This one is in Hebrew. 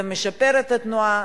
זה משפר את התנועה,